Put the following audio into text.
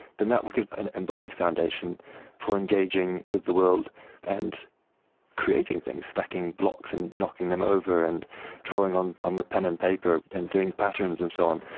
then that will give an embodied foundation for engaging with the world and creating things, stacking blocks and knocking them over and drawing on on the pen and paper and doing patterns and so on,